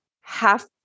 half